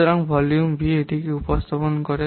সুতরাং volume V এটি কি উপস্থাপন করে